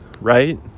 right